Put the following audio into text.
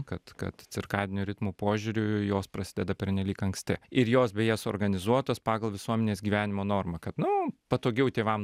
kad kad cirkadinių ritmų požiūriu jos prasideda pernelyg anksti ir jos beje suorganizuotos pagal visuomenės gyvenimo normą kad nu patogiau tėvam